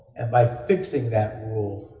and by fixing that rule,